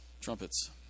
trumpets